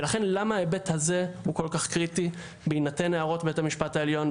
ולכן למה ההיבט הזה הוא כל כך קריטי בהינתן הערות בית המשפט העליון,